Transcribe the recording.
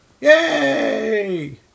yay